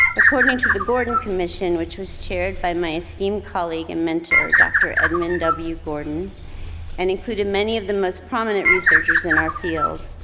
according to the gordon commission which was chaired by my esteemed colleague and mentor, dr. edmund w. gordon and included many of the most prominent researchers in our field,